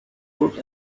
could